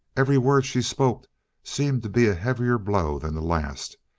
every word she spoke seemed to be a heavier blow than the last,